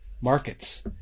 markets